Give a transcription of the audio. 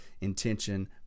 intention